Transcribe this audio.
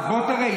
ברוך הבא.